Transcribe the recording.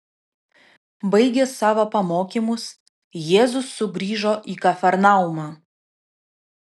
baigęs savo pamokymus jėzus sugrįžo į kafarnaumą